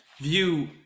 view